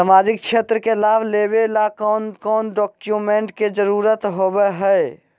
सामाजिक क्षेत्र के लाभ लेबे ला कौन कौन डाक्यूमेंट्स के जरुरत होबो होई?